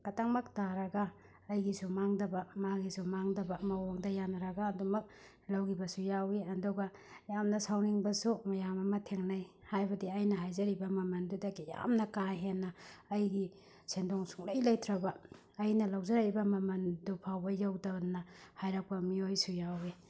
ꯈꯛꯇꯃꯛ ꯇꯥꯔꯒ ꯑꯩꯒꯤꯁꯨ ꯃꯥꯡꯗꯕ ꯃꯥꯒꯤꯁꯨ ꯃꯥꯡꯗꯕ ꯃꯑꯣꯡꯗ ꯌꯥꯅꯔꯒ ꯑꯗꯨꯃꯛ ꯂꯧꯒꯈꯤꯕꯁꯨ ꯌꯥꯎꯏ ꯑꯗꯨꯒ ꯌꯥꯝꯅ ꯁꯥꯎꯅꯤꯡꯕꯁꯨ ꯃꯌꯥꯝ ꯑꯃ ꯊꯦꯡꯅꯩ ꯍꯥꯏꯕꯗꯤ ꯑꯩꯅ ꯍꯥꯏꯖꯔꯤꯕ ꯃꯃꯜꯗꯨꯗꯒꯤ ꯌꯥꯝꯅ ꯀꯥꯍꯦꯟꯅ ꯑꯩꯒꯤ ꯁꯦꯟꯗꯣꯡ ꯁꯨꯡꯂꯩ ꯂꯩꯇ꯭ꯔꯕ ꯑꯩꯅ ꯂꯧꯖꯔꯛꯏꯕ ꯃꯃꯜꯗꯨ ꯐꯥꯎꯕ ꯌꯧꯗꯅ ꯍꯥꯏꯔꯛꯄ ꯃꯤꯑꯣꯏꯁꯨ ꯌꯥꯎꯋꯤ